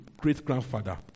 great-grandfather